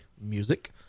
Music